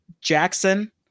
Jackson